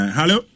Hello